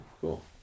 cool